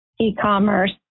e-commerce